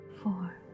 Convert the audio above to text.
four